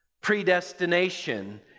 predestination